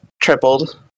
tripled